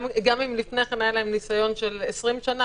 גם אם לפני כן היה להם ניסיון של 20 שנה,